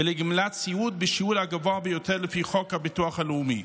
ולגמלת סיעוד בשיעור הגבוה ביותר לפי חוק הביטוח הלאומי.